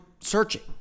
searching